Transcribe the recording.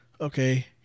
okay